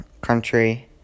country